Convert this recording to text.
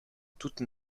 toutes